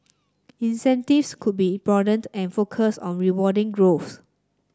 incentives could be broadened and focused on rewarding growth